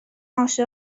عاشق